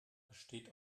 besteht